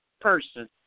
person